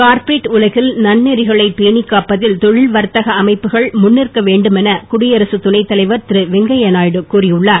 corporate உலகில் நன்னெறிகளை பேணிக் காப்பதில் தொழில் வர்த்தக அமைப்புகள் முன்னிற்க வேண்டும் என குடியரசு துணை தலைவர் திருவெங்கய்ய நாயுடு கூறியுள்ளார்